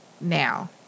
now